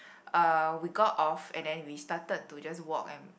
uh we got off and then we started to just walk and